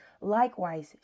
likewise